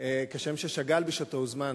כשם ששאגאל בשעתו הוזמן